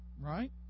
right